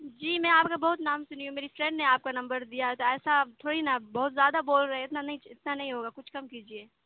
جی میں آپ کا بہت نام سنی ہوں میری فرینڈ نے آپ کا نمبر دیا ہے تو ایسا آپ تھوڑی نا بہت زیادہ بول رہے ہیں اتنا نہیں اتنا نہیں ہوگا کچھ کم کیجیے